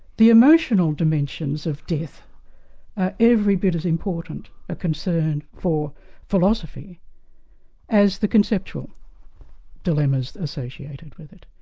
the emotional dimensions of death are every bit as important a concern for philosophy as the conceptual dilemmas associated with it.